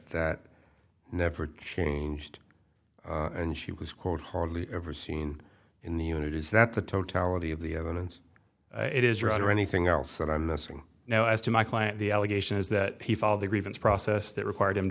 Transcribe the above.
that never changed and she was quote hardly ever seen in the unit is that the totality of the evidence it is right or anything else that i'm missing now as to my client the allegation is that he followed the grievance process that required him to